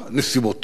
נסיבותיו,